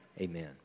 Amen